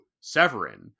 Severin